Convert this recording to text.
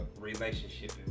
relationship